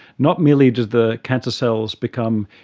not merely does the cancer cells become,